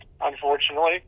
unfortunately